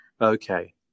Okay